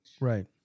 Right